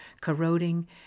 corroding